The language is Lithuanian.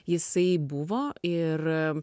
jisai buvo ir